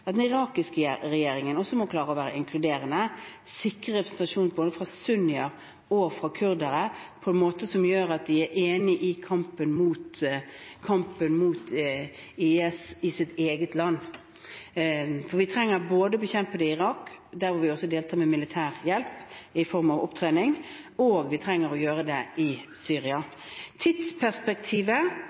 at den irakiske regjeringen også må klare å være inkluderende, sikre representasjon både fra sunnier og fra kurdere, på en måte som gjør at de er enig i kampen mot IS i sitt eget land. Vi trenger både å bekjempe det i Irak, der vi også deltar med militær hjelp i form av opptrening, og å bekjempe det i Syria. Tidsperspektivet